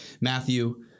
matthew